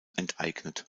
enteignet